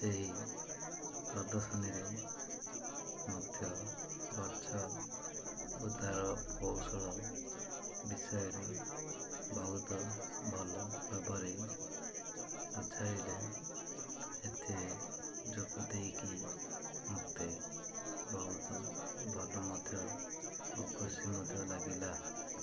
ସେହି ପ୍ରଦର୍ଶନୀରେ ମଧ୍ୟ ଗଛ ଓ ତା'ର କୌଶଳ ବିଷୟରେ ବହୁତ ଭଲ ଭାବରେ ବୁଝାଇଲେ ଏଥିରେ ଯୋଗ ଦେଇକି ମୋତେ ବହୁତ ଭଲ ମଧ୍ୟ ଓ ଖୁସି ମଧ୍ୟ ଲାଗିଲା